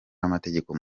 n’amategeko